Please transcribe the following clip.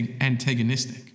antagonistic